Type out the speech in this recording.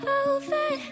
over